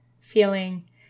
feeling